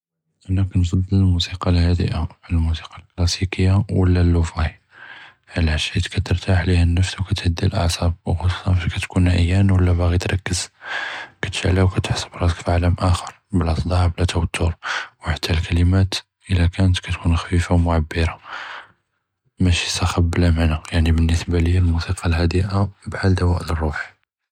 אנא כנפצ׳ל אלמוסיקיא אלהאדיאה עלא אלמוסיקיא אלכּלאסיקיא חית כּתרתאח ליהא א-נפס ותהדי אלאעְסאב, וכתשעלהא וכתחס ראסק פְעאלֶם אַחֶר בּלא צְדאע ובּלא תְוַתֻּר וחַתַּא אלכּלִמאת כּתוּן ח׳פִיפַה ומְעַבִּרַה משי צַחְבּ בּלא מַענַא יַענִי בּנִסְבַּה לִיַא, אלמוסיקיא אלהאדיאה בּחאל דְוַא לִ-רוּח.